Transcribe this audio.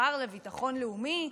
שר לביטחון לאומי,